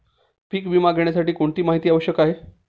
पीक विमा घेण्यासाठी कोणती माहिती आवश्यक आहे?